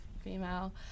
female